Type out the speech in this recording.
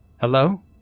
hello